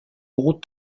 gros